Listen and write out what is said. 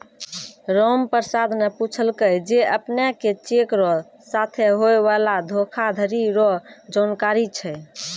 रामप्रसाद न पूछलकै जे अपने के चेक र साथे होय वाला धोखाधरी रो जानकारी छै?